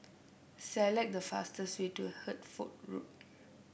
select the fastest way to Hertford Road